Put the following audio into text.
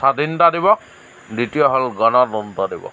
স্ৱাধীনতা দিৱস দ্বিতীয় হ'ল গণতন্ত্ৰ দিৱস